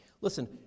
Listen